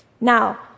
Now